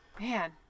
Man